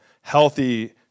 healthy